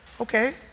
Okay